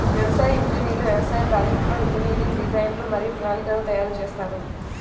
వ్యవసాయ ఇంజనీర్లు వ్యవసాయ ప్రాజెక్ట్లో ఇంజనీరింగ్ డిజైన్లు మరియు ప్రణాళికలను తయారు చేస్తారు